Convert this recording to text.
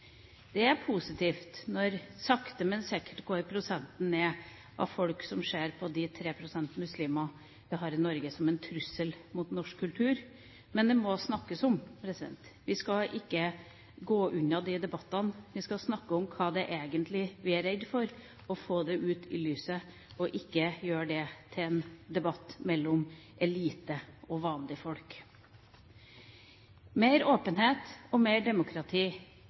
Det er positivt når prosenten av folk som ser på de 3 pst. muslimer vi har i Norge som en trussel mot norsk kultur, sakte men sikkert går ned, men det må snakkes om. Vi skal ikke gå unna disse debattene. Vi skal snakke om hva vi egentlig er redde for, få det ut i lyset og ikke gjøre dette til en debatt mellom elite og vanlige folk. Mer åpenhet og mer demokrati